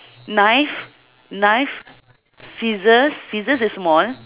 knife knife scissors scissors is small